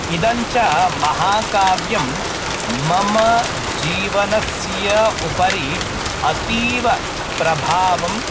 इदं च महाकाव्यं मम जीवनस्य उपरि अतीवप्रभावं